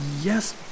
Yes